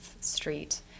Street